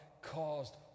caused